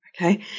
Okay